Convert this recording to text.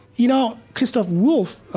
you know, christoph wolff,